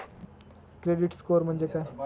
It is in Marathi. क्रेडिट स्कोअर म्हणजे काय?